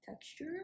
texture